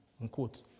unquote